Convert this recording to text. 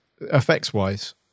effects-wise